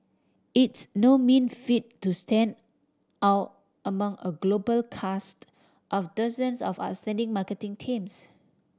it's no mean feat to stand out among a global cast of dozens of outstanding marketing teams